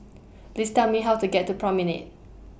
Please Tell Me How to get to Promenade